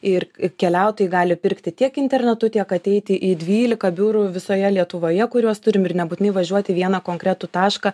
ir keliautojai gali pirkti tiek internetu tiek ateiti į dvylika biurų visoje lietuvoje kuriuos turim ir nebūtinai važiuot į vieną konkretų tašką